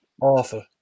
awful